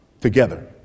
together